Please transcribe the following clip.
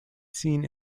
seen